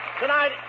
tonight